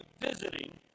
visiting